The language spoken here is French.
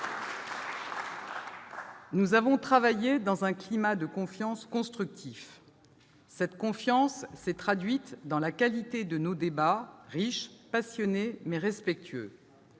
Nous avons travaillé dans un climat de confiance constructif. Cette confiance s'est traduite dans la qualité de nos débats, riches, passionnés mais respectueux.